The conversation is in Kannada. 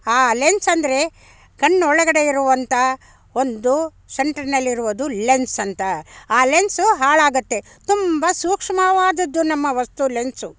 ಆ ಲೆನ್ಸ್ ಅಂದರೆ ಕಣ್ಣೊಳಗಡೆ ಇರುವಂಥ ಒಂದು ಸೆಂಟ್ರ್ನಲ್ಲಿರುವುದು ಲೆನ್ಸ್ ಅಂತ ಆ ಲೆನ್ಸು ಹಾಳಾಗುತ್ತೆ ತುಂಬ ಸೂಕ್ಷ್ಮವಾದದ್ದು ನಮ್ಮ ವಸ್ತು ಲೆನ್ಸು